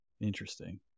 Interesting